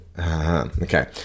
Okay